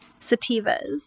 sativas